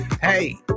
Hey